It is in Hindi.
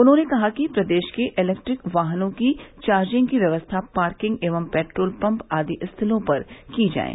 उन्होंने कहा कि प्रदेश के इलेक्ट्रिक वाहनों की चार्जिंग की व्यवस्था पार्किंग एवं पेट्रोल पम्प आदि स्थलों पर की जाये